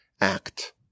act